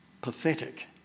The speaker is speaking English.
pathetic